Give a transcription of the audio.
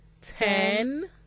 ten